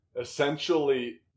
essentially